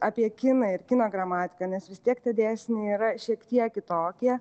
apie kiną ir kino gramatiką nes vis tiek tie dėsniai yra šiek tiek kitokie